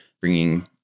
bringing